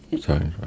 Sorry